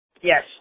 Yes